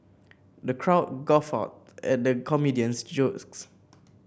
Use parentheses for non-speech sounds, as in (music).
the crowd guffawed at the comedian's (unintelligible)